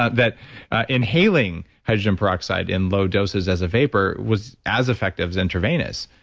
ah that inhaling hydrogen peroxide in low doses as a vapor was as effective as intravenous.